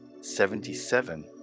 Seventy-seven